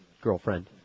girlfriend